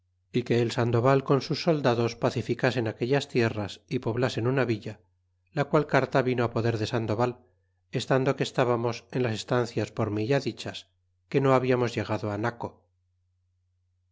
y que el sandoval con sus soldados pacificasen aquellas tierras y poblasen una villa la qual carta vino poder de sandoval estando que estábamos en las estancias por mi ya dichas que no habiamos llegado naco